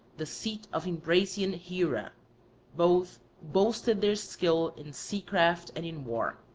the seat of imbrasion hera both boasted their skill in seacraft and in war.